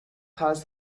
caused